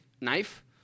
knife